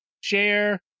share